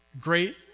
Great